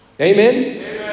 Amen